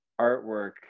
artwork